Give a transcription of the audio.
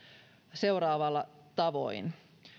seuraavalla tavoin